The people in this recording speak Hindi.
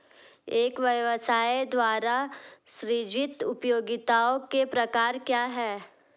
एक व्यवसाय द्वारा सृजित उपयोगिताओं के प्रकार क्या हैं?